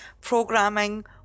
programming